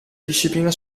disciplina